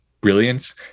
brilliance